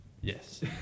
Yes